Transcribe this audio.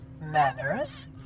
Manners